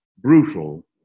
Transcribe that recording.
brutal